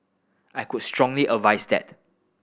I could strongly advise that